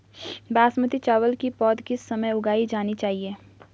बासमती चावल की पौध किस समय उगाई जानी चाहिये?